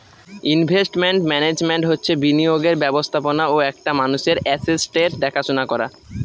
investment management হচ্ছে বিনিয়োগের ব্যবস্থাপনা ও একটা মানুষের আসেটসের দেখাশোনা করা